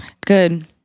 Good